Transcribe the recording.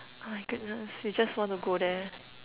my goodness you just want to go there